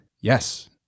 Yes